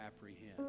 apprehend